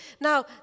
Now